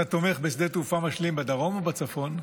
אתה תומך בשדה תעופה משלים בדרום או בצפון?